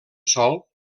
sol